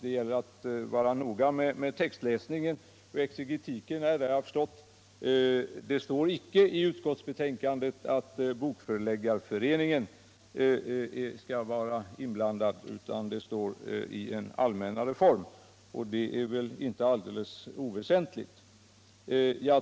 Det gäller att vara noga med textläsning och exegetuk här, det har Jag förstått nu, herr Hermansson. Det står inte i utskottsbetänkandet att Bokförläggareföreningen skall vara inblandad, utan det uttrycks i en allmän reform, och det är väl inte alldeles oväsentligt.